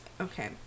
Okay